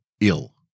ill